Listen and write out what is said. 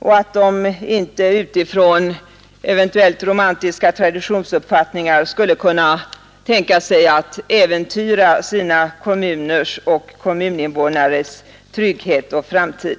Jag tror inte att de utifrån eventuellt romantiska traditionsuppfattningar skulle kunna tänka sig att äventyra sina kommuners och kommuninvånares trygghet och framtid.